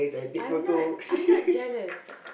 I'm not I'm not jealous